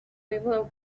gravel